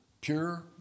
pure